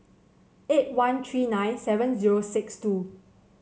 eight one three nine seven zero six two